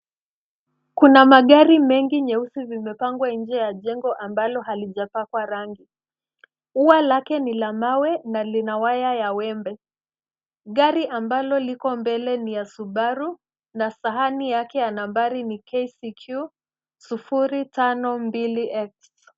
Kuna magari mengi nyeusi zimepangwa nje ya jengo ambalo halijapakwa rangi. Ua lake ni la mawe na lina waya ya wembe. Gari ambalo lipo mbele ni la Subaru na sahani yake ya nambari ni KCQ 052X.